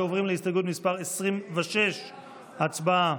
עוברים להסתייגות מס' 26, הצבעה.